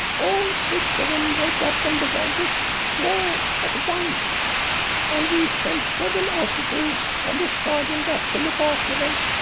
all six of em waked up and began to squall at once and we sent seven ossifers and a sergeant up to look after them.